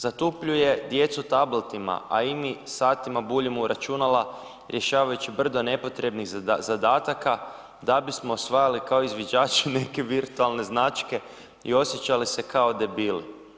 Zatupljuje djecu tabletima, a i mi satima buljimo u računala rješavajući brdo nepotrebnih zadataka, da bismo osvajali kao izvođači neke virtualne značke i osjećali se kao debili.